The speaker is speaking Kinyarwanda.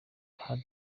had